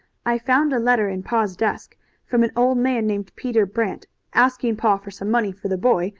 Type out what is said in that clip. i found a letter in pa's desk from an old man named peter brant, asking pa for some money for the boy,